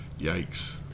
yikes